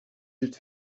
juste